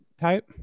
type